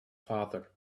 father